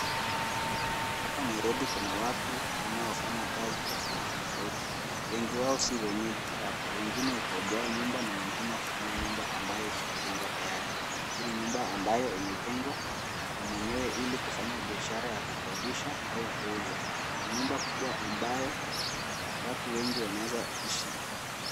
Hapa Nairobi kuna watu wanaofanya kazi tofauti tofauti. Wengi wao sio wenyeji hapa, wengine hukomboa nyumba na wengine hununua nyumba ambayo ishajengwa tayari. Hii ni nyumba ambayo imejengwa na mwenyewe kufanya biashara ya kukodisha au kuuza. Ni nyumba kubwa ambayo watu wengi wanaweza ishi.